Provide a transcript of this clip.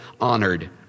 honored